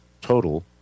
total